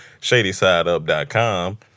ShadySideUp.com